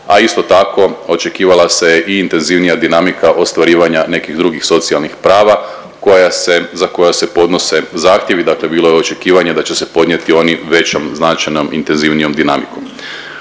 a isto tako očekivala se i intenzivnija dinamika ostvarivanja nekih drugih socijalnih prava koja se, za koja se podnose zahtjevi dakle bilo je očekivanje da će se podnijeti oni većom značajnom intenzivnijom dinamikom.